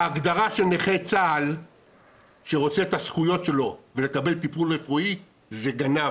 ההגדרה של נכה צה"ל שרוצה את הזכויות שלו בלקבל טיפול רפואי זה גנב.